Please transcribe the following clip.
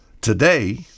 today